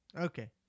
Okay